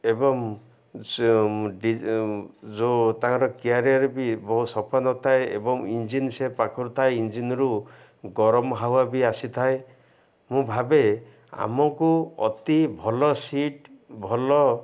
ଏବଂ ଯେଉଁ ତାଙ୍କର କ୍ୟାରିୟର୍ ବି ବହୁ ସଫା ନଥାଏ ଏବଂ ଇଞ୍ଜନ୍ ସେ ପାଖୁରୁ ଥାଏ ଇଞ୍ଜିିନ୍ରୁ ଗରମ ହାୱ ବି ଆସିଥାଏ ମୁଁ ଭାବେ ଆମକୁ ଅତି ଭଲ ସିଟ୍ ଭଲ